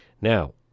now